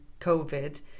covid